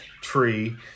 tree